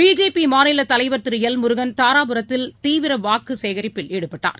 பிஜேபிமாநிலத் தலைவர் திருஎல் முருகன் தாராபுரத்தில் தீவிரவாக்குசேகரிப்பில் ஈடுபட்டார்